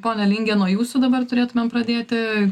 pone linge nuo jūsų dabar turėtumėm pradėti